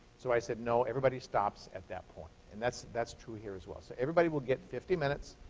so i said, no everybody stops at that point. and that's that's true here as well. so everybody will get fifty minutes.